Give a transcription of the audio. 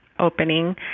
opening